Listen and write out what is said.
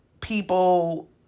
people